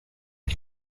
est